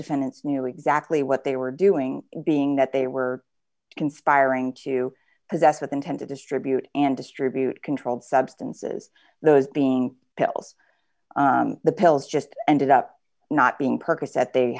defendants knew exactly what they were doing being that they were conspiring to possess with intent to distribute and distribute controlled substances those being pills the pills just ended up not being percocet th